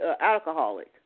alcoholic